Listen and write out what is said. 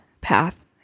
path